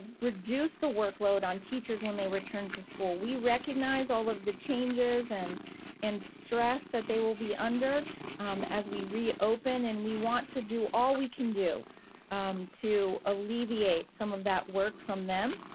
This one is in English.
reduce the workload on teachers when they return to school. we recognize all of the changes and and stress that they will be under as we reopen, and we want to do all we can do to alleviate some of that work from them.